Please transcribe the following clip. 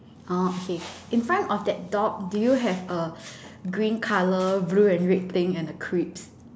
orh okay in front of that dog do you have a green colour blue and red thing and a crisp